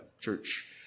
church